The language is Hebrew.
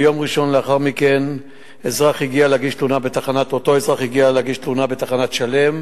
ביום ראשון לאחר מכן אותו אזרח הגיע להגיש תלונה בתחנת "שלם",